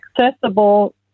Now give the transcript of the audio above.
accessible